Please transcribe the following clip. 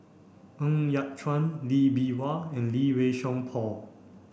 Ng Yat Chuan Lee Bee Wah and Lee Wei Song Paul